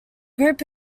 group